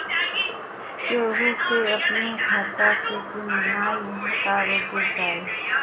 केहू के अपनी खाता के पिन नाइ बतावे के चाही